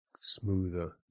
smoother